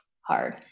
hard